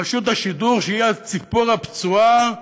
רשות השידור, שהיא הציפור הפצועה,